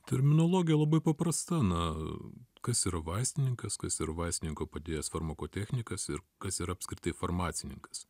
terminologija labai paprasta na kas yra vaistininkas kas yra vaistininko padėjėjas farmakotechnikas ir kas yra apskritai farmacininkas